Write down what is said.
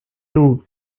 too